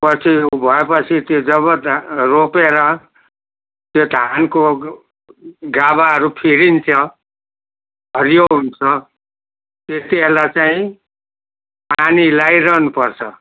पछि भएपछि त्यो जब रा रोपेर त्यो धानको गाभाहरू फेरिन्छ हरियो हुन्छ त्यति बेला चाहिँ पानी लगाइरहनु पर्छ